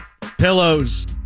Pillows